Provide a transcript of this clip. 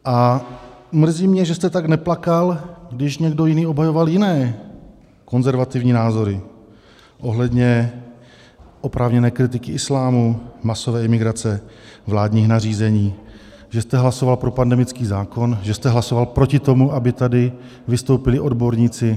A mrzí mě, že jste tak neplakal, když někdo jiný obhajoval jiné konzervativní názory ohledně oprávněné kritiky islámu, masové imigrace, vládních nařízení, že jste hlasoval pro pandemický zákon, že jste hlasoval proti tomu, aby tady vystoupili odborníci.